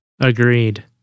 Agreed